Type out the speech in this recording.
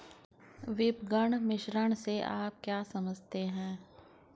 विपणन मिश्रण से आप क्या समझते हैं?